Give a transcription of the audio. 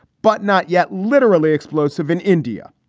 but not yet literally explosive in india.